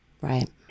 Right